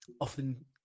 often